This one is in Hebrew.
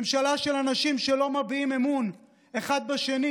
ממשלה של אנשים שלא מביעים אמון אחד בשני